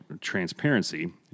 transparency